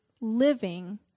living